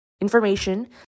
information